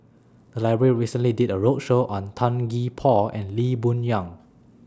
The Library recently did A roadshow on Tan Gee Paw and Lee Boon Yang